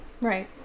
right